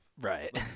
Right